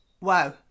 Wow